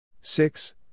Six